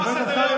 חבר הכנסת אמסלם,